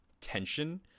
tension